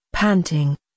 panting